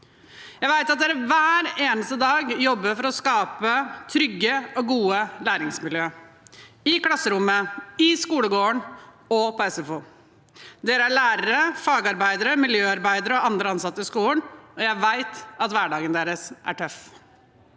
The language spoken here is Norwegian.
Jeg vet at dere hver eneste dag jobber for å skape trygge og gode læringsmiljø i klasserommet, i skolegården og på SFO. Dere er lærere, fagarbeidere, miljøarbeidere og andre ansatte i skolen, og jeg vet at hverdagen deres er tøff.